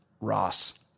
Ross